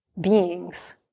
beings